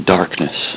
darkness